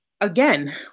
again